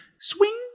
swing